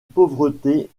pauvreté